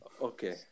Okay